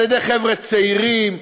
על-ידי חבר'ה צעירים,